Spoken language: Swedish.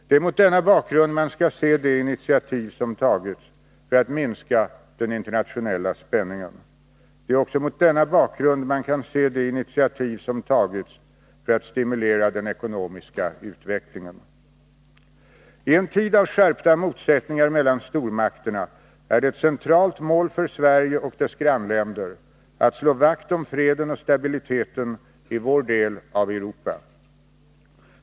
Det är mot denna bakgrund man skall se de initiativ som tagits för att minska den internationella spänningen. Det är också mot denna bakgrund man kan se de initiativ som tagits för att stimulera den ekonomiska utvecklingen. I en tid av skärpta motsättningar mellan stormakterna är det ett centralt mål för Sverige och dess grannländer att slå vakt om freden och stabiliteten i vår del av Europa.